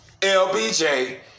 LBJ